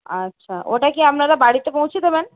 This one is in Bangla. আচ্ছা ওটা কি আপনারা বাড়িতে পৌঁছে দেবেন